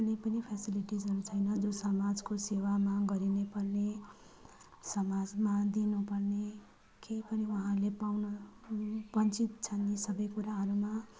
कुनै पनि फेसिलिटिसहरू छैन जो समाजको सेवामा गरिनुपर्ने समाजमा दिनुपर्ने केही पनि उहाँहरूले पाउनु वञ्चित छन् यी सबै कुराहरूमा